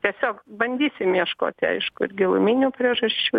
tiesiog bandysim ieškoti aišku ir giluminių priežasčių